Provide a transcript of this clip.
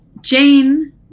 Jane